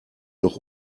noch